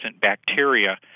bacteria